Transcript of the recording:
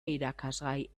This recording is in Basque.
irakasgai